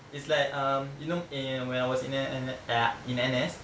it's like um you know in when I was in N~ N~ uh in N_S